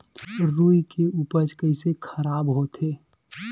रुई के उपज कइसे खराब होथे?